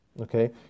Okay